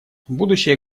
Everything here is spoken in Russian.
будущее